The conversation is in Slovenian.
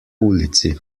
ulici